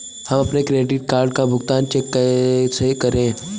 हम अपने credit card का भुगतान चेक से कैसे करें?